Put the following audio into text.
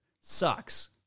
Sucks